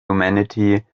humanity